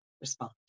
respond